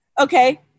Okay